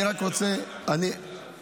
ועדיין לא אכלת.